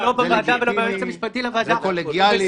"לפחות" -- "בבחינת ההתמחות כמי שעבר את הבחינה".